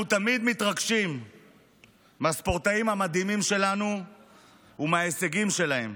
אנחנו תמיד מתרגשים מהספורטאים המדהימים שלנו ומההישגים שלהם,